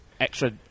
extra